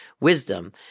wisdom